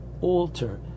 alter